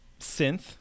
synth